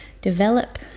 develop